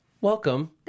Welcome